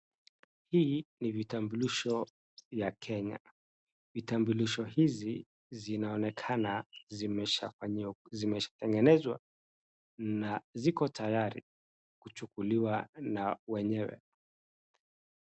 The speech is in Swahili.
Hizi ni vitambulisho za kenya , vitambulisho hizi zinaonekana zishatengenezwa na ziko tayari kuchukuliwa na wenyewe.